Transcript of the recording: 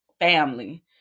family